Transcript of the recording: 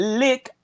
lick